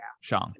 Shang